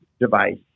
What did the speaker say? device